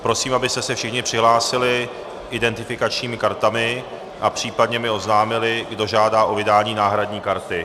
Prosím, abyste se všichni přihlásili svými identifikačními kartami a případně mi oznámili, kdo žádá o vydání náhradní karty.